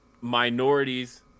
minorities